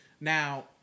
Now